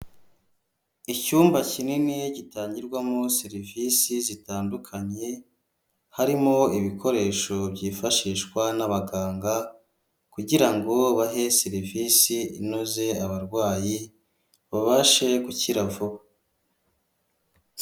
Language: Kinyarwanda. Icyumba kinini gitangirwamo serivisi zitandukanye, harimo ibikoresho byifashishwa n'abaganga, kugira ngo bahe serivisi inoze abarwayi babashe gukira vuba.